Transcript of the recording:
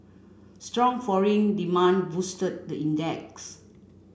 strong foreign demand boosted the index